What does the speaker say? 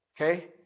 Okay